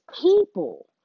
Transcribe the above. people